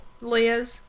Liz